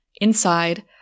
Inside